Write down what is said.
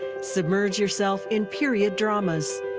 submerge yourself in period dramas.